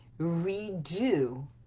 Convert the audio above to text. redo